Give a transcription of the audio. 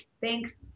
thanks